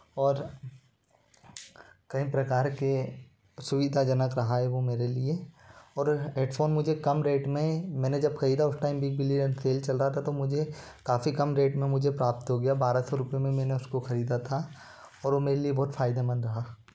और कई प्रकार से सुविधाजनक रहा है वो मेरे लिए और हेडफ़ोन मुझे कम रेट में मैंने जब ख़रीदा उस टाइम बिग बिलियन सेल चल रहा था तो मुझे काफ़ी कम रेट में मुझे प्राप्त हो गया बारह सौ रुपये में मैंने उसको ख़रीदा था और वो मेरे लिए बहुत फ़ायदेमंद रहा